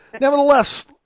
Nevertheless